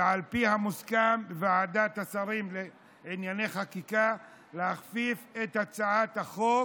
ועל פי המוסכם בוועדת השרים לענייני חקיקה להכפיף את הצעת החוק